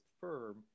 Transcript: firm